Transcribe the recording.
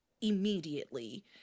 immediately